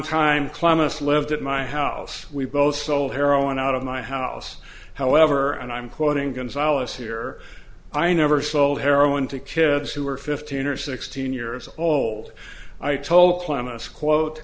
time clements lived at my house we both sold heroin out of my house however and i'm quoting guns alice here i never sold heroin to kids who were fifteen or sixteen years old i told clements quote